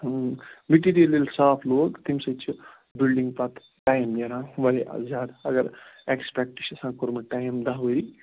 material ییٚلہِ صاف لوگ تَمہِ سۭتۍ چھِ بِلڈِنٛگ پَتہٕ ٹایِم نیران واریاہ زیادٕ اگر اٮ۪کٕسپٮ۪کٹہٕ چھِ آسان کوٚرمُت ٹایم دَہ ؤری